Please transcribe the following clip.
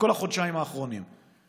בכל החודשיים האחרונים,